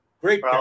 Great